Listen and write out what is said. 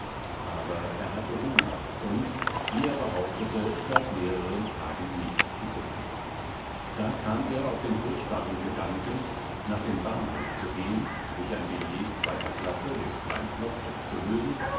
aber er hatte hunger und wie er behauptete seit mehreren tagen nichts gegessen da kam er auf den furchtbaren gedanken danken nach dem bahnhof zu gehen sich ein billett zweiter klasse bis klein flottbeck zu lösen